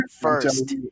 first